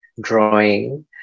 drawing